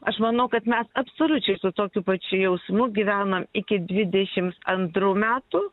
aš manau kad mes absoliučiai su tokiu pačiu jausmu gyvena iki dvidešims antrų metų